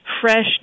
Fresh